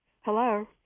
Hello